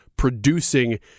producing